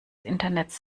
internets